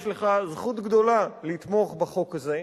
יש לך זכות גדולה לתמוך בחוק הזה,